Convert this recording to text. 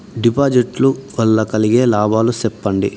డిపాజిట్లు లు వల్ల కలిగే లాభాలు సెప్పండి?